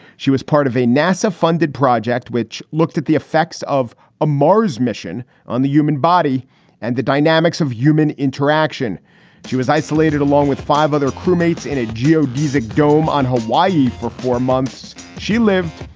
she was part of a nasa funded project which looked at the effects of a mars mission on the human body and the dynamics of human interaction she was isolated along with five other crewmates in a geodesic dome on hawaii for four months. she lived.